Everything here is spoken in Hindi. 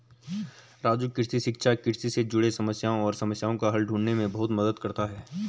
राजू कृषि शिक्षा कृषि से जुड़े समस्याएं और समस्याओं का हल ढूंढने में बहुत मदद करता है